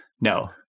No